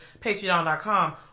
patreon.com